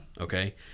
Okay